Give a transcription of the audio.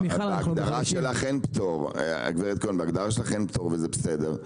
להגדרה שלך אין פטור גברת כהן וזה בסדר,